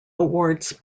awards